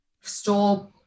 store